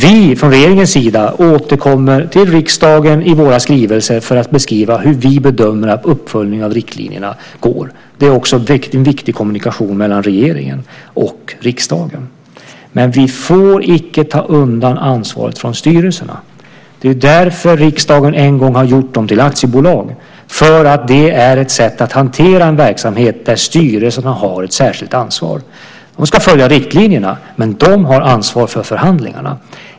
Vi från regeringens sida återkommer till riksdagen i våra skrivelser för att beskriva hur vi bedömer att uppföljningen av riktlinjerna går. Det är också en viktig kommunikation mellan regeringen och riksdagen. Men vi får icke ta undan ansvaret för styrelserna. Det är därför riksdagen en gång har gjort bolagen till aktiebolag. Det är ett sätt att hantera en verksamhet där styrelserna har ett särskilt ansvar. De ska följa riktlinjerna, men de har ansvar för förhandlingarna.